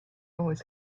always